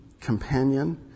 companion